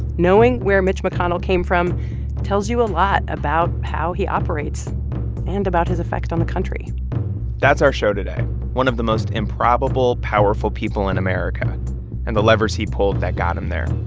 knowing where mitch mcconnell came from tells you a lot about how he operates and about his effect on the country that's our show today one of the most improbable, powerful people in america and the levers he pulled that got him there